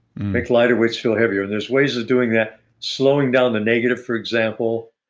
make lighter weights feel heavier. and there's ways of doing that slowing down the negative for example.